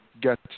get